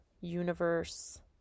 universe